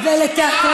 היא לא, האם